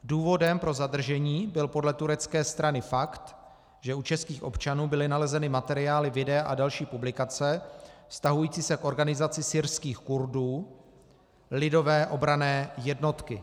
Důvodem pro zadržení byl podle turecké strany fakt, že u českých občanů byly nalezeny materiály, videa a další publikace vztahující se k organizaci syrských Kurdů Lidové obranné jednotky.